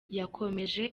yakomeje